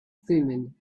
thummim